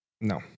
No